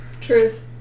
Truth